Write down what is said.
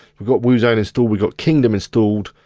we've got woozone installed, we've got kingdom installed.